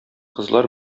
кызлар